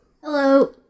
Hello